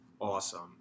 awesome